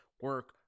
Work